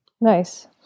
Nice